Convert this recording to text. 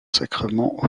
sacrement